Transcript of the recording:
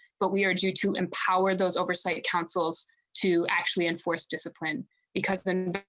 but we urge you to empower those oversight councils to actually enforce discipline because in